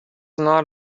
not